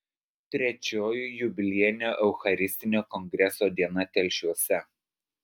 trečioji jubiliejinio eucharistinio kongreso diena telšiuose